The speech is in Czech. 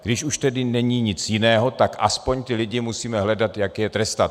Když už tedy není nic jiného, tak aspoň ty lidi musíme hledat, jak je trestat.